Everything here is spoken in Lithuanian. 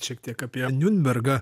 šiek tiek apie niurnbergą